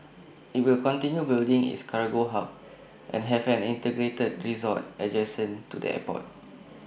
IT will continue building its cargo hub and have an integrated resort adjacent to the airport